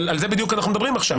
אבל על זה בדיוק אנחנו מדברים עכשיו.